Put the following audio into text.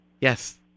Yes